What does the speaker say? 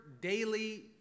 daily